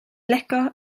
licio